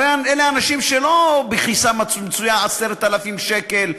הרי אלה אנשים שלא מצויים בכיסם 10,000 שקלים,